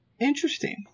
interesting